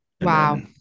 Wow